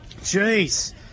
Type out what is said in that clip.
Jeez